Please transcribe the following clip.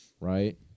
right